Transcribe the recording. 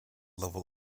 level